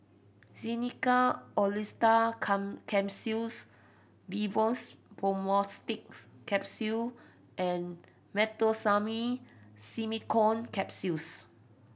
Xenical Orlistat Come Capsules Vivomixx Probiotics Capsule and Meteospasmyl Simeticone Capsules